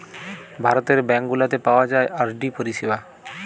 ভারতের ব্যাঙ্ক গুলাতে পাওয়া যায় আর.ডি পরিষেবা